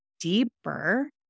deeper